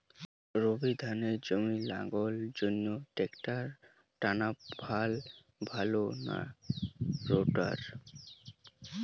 Bore ধানের জমি লাঙ্গলের জন্য ট্রাকটারের টানাফাল ভালো না রোটার?